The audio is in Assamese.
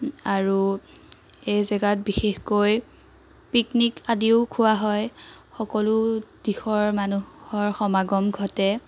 আৰু এই জেগাত বিশেষকৈ পিকনিক আদিও খোৱা হয় সকলো দিশৰ মানুহৰ সমাগম ঘটে